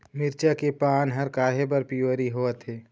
मिरचा के पान हर काहे बर पिवरी होवथे?